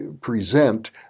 present